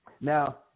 Now